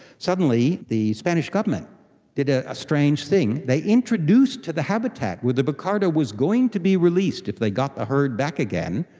suddenly the spanish government did ah a strange thing, they introduced to the habitat where the bucardo was going to be released if they got a herd back again,